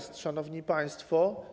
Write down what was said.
Szanowni Państwo!